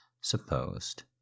supposed